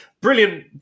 brilliant